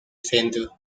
centro